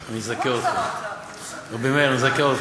מלכתחילה חשבתי שאתם רוצים לדבר על נקודות הזיכוי,